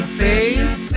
face